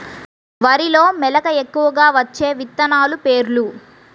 వరిలో మెలక ఎక్కువగా వచ్చే విత్తనాలు పేర్లు?